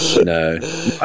no